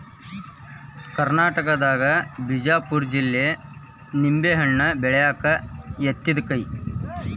ಕರ್ನಾಟಕದಾಗ ಬಿಜಾಪುರ ಜಿಲ್ಲೆ ನಿಂಬೆಹಣ್ಣ ಬೆಳ್ಯಾಕ ಯತ್ತಿದ ಕೈ